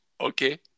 Okay